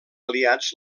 aliats